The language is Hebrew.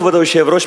כבוד היושב-ראש,